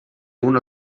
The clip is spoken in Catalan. una